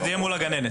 שזה יהיה מול הגננת.